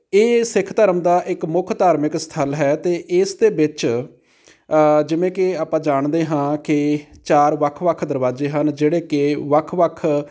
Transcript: ਇਹ ਸਿੱਖ ਧਰਮ ਦਾ ਇੱਕ ਮੁੱਖ ਧਾਰਮਿਕ ਸਥਲ ਹੈ ਅਤੇ ਇਸ ਦੇ ਵਿੱਚ ਜਿਵੇਂ ਕਿ ਆਪਾਂ ਜਾਣਦੇ ਹਾਂ ਕਿ ਚਾਰ ਵੱਖ ਵੱਖ ਦਰਵਾਜ਼ੇ ਹਨ ਜਿਹੜੇ ਕਿ ਵੱਖ ਵੱਖ